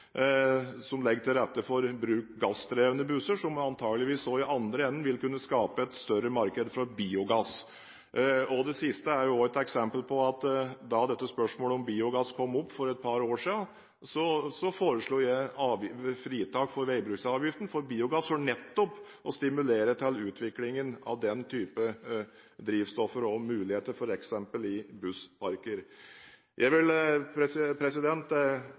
som skjer i Trondheim kommune, som legger til rette for gassdrevne busser, som antakeligvis også i andre enden vil kunne skape et større marked for biogass. Det siste er et eksempel på at da spørsmålet om biogass kom opp for et par år siden, foreslo jeg fritak for veibruksavgiften for biogass for nettopp å stimulere til utviklingen av den type drivstoffer og muligheter for det i f.eks. bussparker. Jeg vil